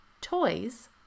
toys